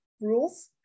rules